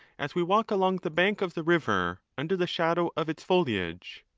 as we walk along the bank of the river under the shadow of its foliage.